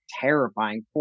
terrifying